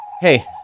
Hey